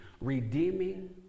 Redeeming